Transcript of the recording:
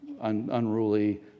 unruly